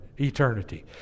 eternity